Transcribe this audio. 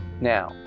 Now